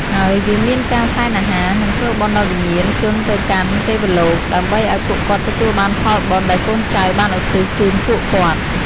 ហើយ វាមានការសែនអាហារ និងធ្វើបុណ្យដល់វិញ្ញាណជន ទៅកាន់ទេវលោក ដើម្បីអោយពួកគាត់ទទួលបានផលបុណ្យដែលកូនចៅបានឧទ្ទិសជូនពួកគាត់។